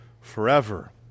forever